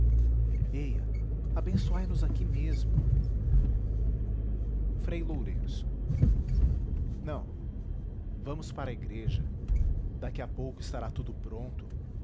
eia abençoai nos aqui mesmo frei lourenço não vamos para a igreja daqui a pouco estará tudo pronto